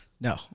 No